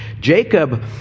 Jacob